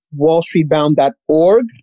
wallstreetbound.org